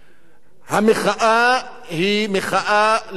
המחאה היא מחאה לגיטימית,